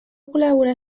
col·laborar